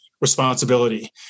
responsibility